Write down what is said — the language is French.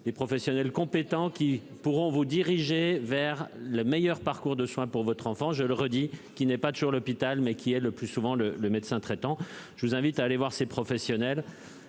des professionnels compétents qui pourront vous diriger vers le meilleur parcours de soin pour votre enfant, je le redis, qui n'est pas toujours l'hôpital mais qui est le plus souvent le le médecin traitant, je vous invite à aller voir ces professionnels